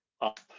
up